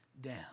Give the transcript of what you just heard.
down